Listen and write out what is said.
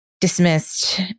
dismissed